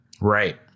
Right